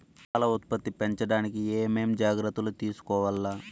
పాల ఉత్పత్తి పెంచడానికి ఏమేం జాగ్రత్తలు తీసుకోవల్ల?